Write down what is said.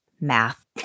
math